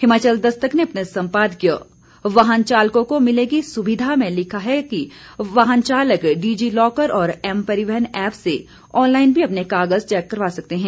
हिमाचल दस्तक ने अपने सम्पादकीय वाहन चालकों को मिलेगी सुविधा में लिखा है वाहन चालक डीजी लॉकर और एम परिवहन ऐप से ऑनलाईन भी अपने कागज चेक करवा सकते हैं